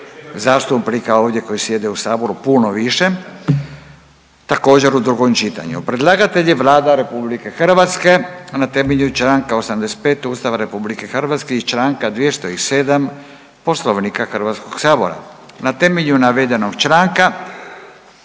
zastupnika ovdje koji sjede u Saboru puno više, također u drugom čitanju. Predlagatelj je Vlada RH na temelju čl. 85. Ustava RH i čl. 207. Poslovnika Hrvatskog sabora. Na temelju navedenog članka